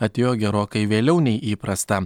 atėjo gerokai vėliau nei įprasta